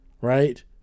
right